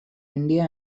india